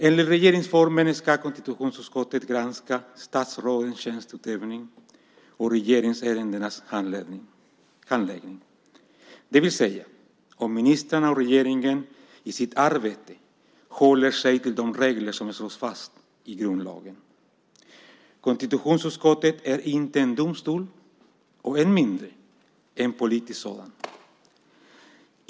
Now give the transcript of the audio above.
Enligt regeringsformen ska konstitutionsutskottet "granska statsrådens tjänsteutövning och regeringsärendenas handläggning", det vill säga om ministrarna och regeringen i sitt arbete håller sig till de regler som slås fast i grundlagen. Konstitutionsutskottet är inte en domstol och än mindre en politisk sådan.